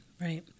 right